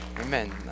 Amen